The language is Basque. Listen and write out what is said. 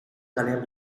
kalean